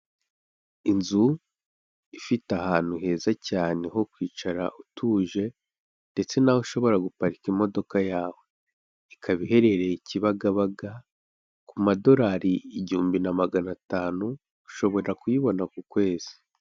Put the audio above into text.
Inzu ifite ahantu heza cyane ho kwicara utuje ndetse n'aho ushobora guparika imodoka yawe, ikaba iherereye Kibagabaga ku madorari igihumbi na magana atanu ushobora kuyibona ku kwezi.